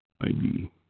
ID